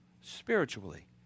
spiritually